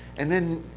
and then,